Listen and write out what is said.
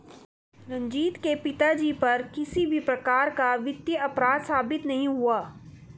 रंजीत के पिताजी पर किसी भी प्रकार का वित्तीय अपराध साबित नहीं हुआ